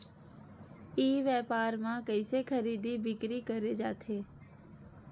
ई व्यापार म कइसे खरीदी बिक्री करे जाथे?